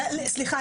סליחה,